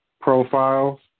profiles